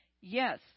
Yes